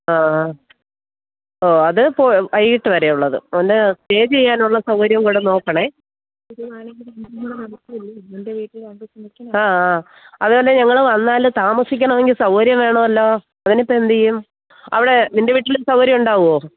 ആ ആ ഓ അതു വൈകിട്ടു വരെയുള്ളത് സ്റ്റേ ചെയ്യാനുള്ള സൗകര്യം കൂടെ നോക്കണേ ആ ആ അതുപോലെ ഞങ്ങള് വന്നാല് താമസിക്കണമെങ്കില് സൗകര്യം വേണമല്ലോ അതിനിപ്പോള് എന്തെയ്യും അവിടെ നിൻ്റെ വീട്ടില് സൗകര്യം ഉണ്ടാവുമോ